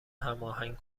هماهنگ